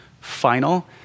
final